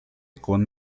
con